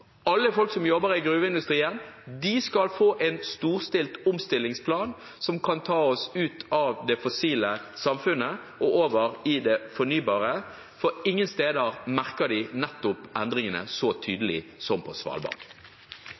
gruveindustrien, skal få en storstilt omstillingsplan som kan ta oss ut av det fossile samfunnet og over i det fornybare, for ingen steder merker man de endringene så tydelig som nettopp på Svalbard.